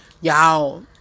Y'all